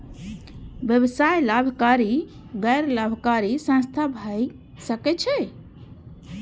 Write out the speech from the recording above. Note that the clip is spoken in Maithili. व्यवसाय लाभकारी आ गैर लाभकारी संस्था भए सकै छै